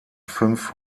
fünf